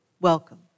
welcome